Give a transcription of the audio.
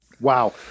Wow